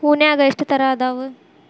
ಹೂನ್ಯಾಗ ಎಷ್ಟ ತರಾ ಅದಾವ್?